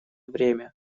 время